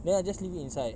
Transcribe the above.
then I just leave it inside